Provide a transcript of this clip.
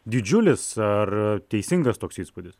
didžiulis ar teisingas toks įspūdis